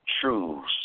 truths